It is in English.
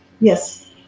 yes